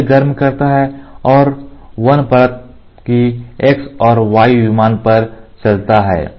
तो यह गर्म करता है और 1 परत के x और y विमान पर चलता है